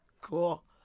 cool